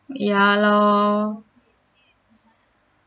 ya lor